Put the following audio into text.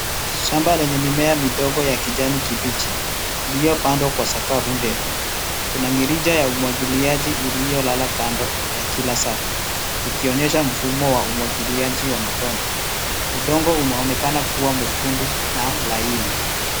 Shamba lenye mimea midogo ya kijani kibichi iliyopandwa kwa sakafu ndefu kuna mirija ya umwagiliaji iliyolala kando ya kila safu ikionyesha mfumo wa umwagiliaji wa matone udongo unaonekana kua mwekundu na laini.